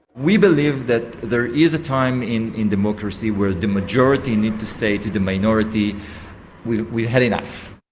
we believe that there is a time in in democracy where the majority need to say to the minority we've we've had enough.